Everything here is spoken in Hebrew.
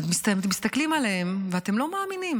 אתם מסתכלים עליהם ולא מאמינים